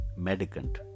Medicant